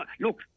look